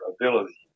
ability